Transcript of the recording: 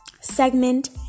segment